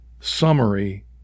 summary